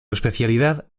especialidad